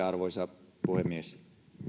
arvoisa puhemies